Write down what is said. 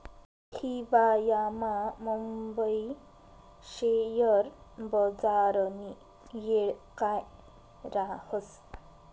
हिवायामा मुंबई शेयर बजारनी येळ काय राहस